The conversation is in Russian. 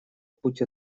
путь